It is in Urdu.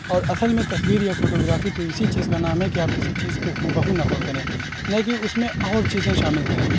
اور اصل میں تصویر یا فوٹوگرافی تو اسی چیز کا نام ہے کہ آپ کسی چیز کو ہو بہ ہو نقل کریں نہ کہ اس میں اور چیزیں شامل کریں